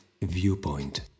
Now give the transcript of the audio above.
viewpoint